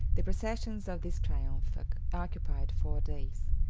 the processions of this triumph occupied four days.